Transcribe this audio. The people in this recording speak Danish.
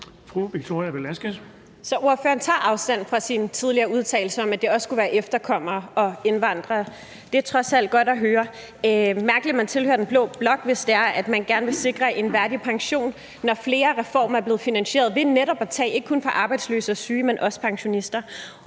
Victoria Velasquez (EL): Så ordføreren tager afstand fra sin tidligere udtalelse om, at det også skulle være efterkommere og indvandrere. Det er trods alt godt at høre. Det er mærkeligt, at man tilhører den blå blok, hvis man gerne vil sikre en værdig pension, når flere reformer er blevet finansieret ved netop at tage ikke kun fra arbejdsløse og syge, men også fra pensionister.